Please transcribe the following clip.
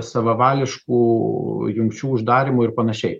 savavališkų jungčių uždarymų ir panašiai